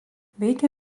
veikė